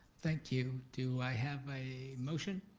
thank you, do i have a motion?